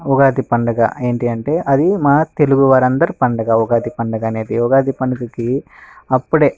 ఉగాది పండుగ ఏంటంటే అది మన తెలుగు వారి అందరి పండుగ ఉగాది పండుగ అనేది ఉగాది పండుగకి అప్పుడే